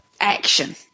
action